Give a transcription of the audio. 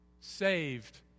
saved